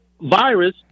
virus